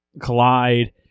collide